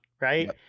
right